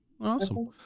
Awesome